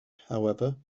however